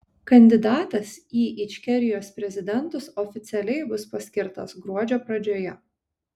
kandidatas į ičkerijos prezidentus oficialiai bus paskirtas gruodžio pradžioje